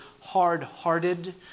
hard-hearted